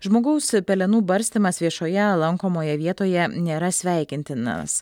žmogaus pelenų barstymas viešoje lankomoje vietoje nėra sveikintinas